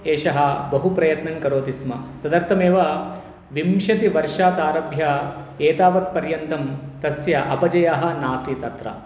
एषः बहु प्रयत्नं करोति स्म तदर्थमेव विंशतिवर्षादारभ्य एतावत् पर्यन्तं तस्य अपजयाः नासन् अत्र